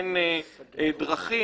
הן דרכים,